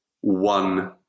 one